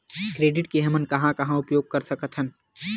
Credit के हमन कहां कहा उपयोग कर सकत हन?